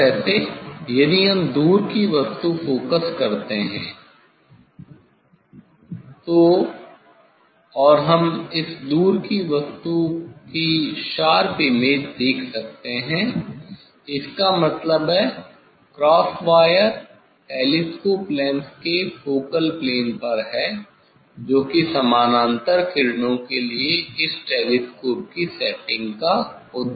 इस तरह से यदि हम दूर की वस्तु फोकस करते हैं तो और हम इस दूर की वस्तु की शार्प इमेज देख सकते हैं इसका मतलब है क्रॉस वायर टेलीस्कोप लेंस के फोकल प्लेन पर है जो कि समानांतर किरणों के लिए इस टेलीस्कोप की सेटिंग का उद्देश्य है